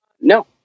No